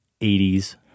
80s